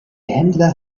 händler